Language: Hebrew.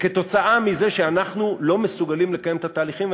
כתוצאה מזה שאנחנו לא מסוגלים לקיים את התהליכים.